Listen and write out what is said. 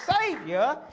savior